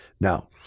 Now